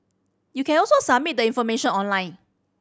you can also submit the information online